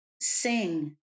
sing